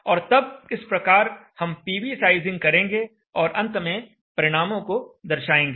और तब इस प्रकार हम पीवी साइजिंग करेंगे और अंत में परिणामों को दर्शाएँगे